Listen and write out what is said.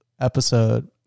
episode